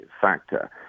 factor